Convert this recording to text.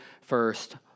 first